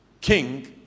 king